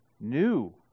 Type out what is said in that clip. new